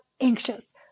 anxious